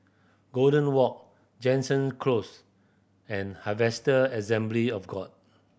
Golden Walk Jansen Close and Harvester Assembly of God